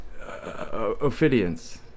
Ophidians